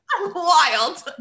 wild